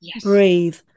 breathe